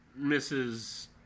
Mrs